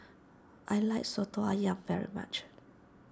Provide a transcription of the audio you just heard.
I like Soto Ayam very much